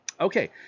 Okay